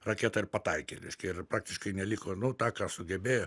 raketa ir pataikė reiškia ir praktiškai neliko nu tą ką sugebėjo